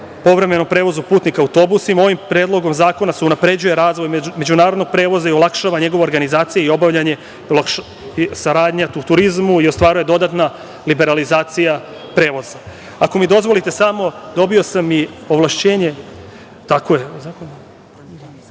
povremenom prevozu putnika autobusima. Ovim Predlogom zakona se unapređuje razvoj međunarodnog prevoza i olakšava njegova organizacija i obavljanje, saradnja u turizmu i ostvaruje dodatna liberalizacija prevoza. Ako mi dozvolite samo da pročitam, dobio sam i ovlašćenje da